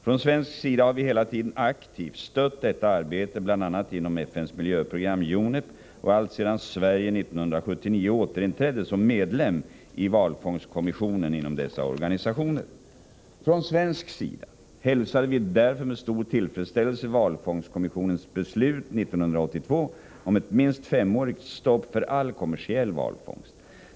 Från svensk sida har vi hela tiden aktivt stött detta arbete, bl.a. inom FN:s miljöprogram UNEP och alltsedan Sverige 1979 återinträdde som medlem i valfångstkommissionen inom denna organisation. Från svensk sida hälsade vi därför med stor tillfredsställelse valfångstkommissionens beslut 1982 om ett minst femårigt stopp för all kommersiell valfångst.